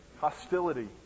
hostility